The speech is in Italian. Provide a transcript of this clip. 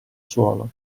suolo